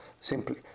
simply